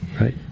Right